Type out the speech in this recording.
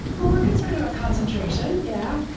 but we're concerned about concentration. yeah.